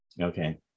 Okay